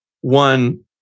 one